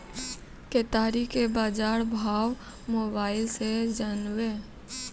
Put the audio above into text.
केताड़ी के बाजार भाव मोबाइल से जानवे?